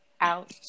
out